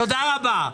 תודה רבה.